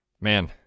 Man